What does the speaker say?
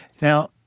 Now